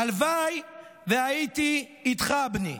הלוואי שהייתי איתך, בני.